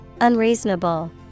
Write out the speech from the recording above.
Unreasonable